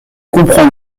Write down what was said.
comprend